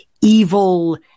evil